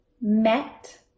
met